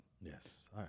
Yes